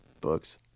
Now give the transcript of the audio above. books